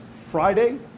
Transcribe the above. Friday